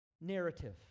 narrative